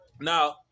Now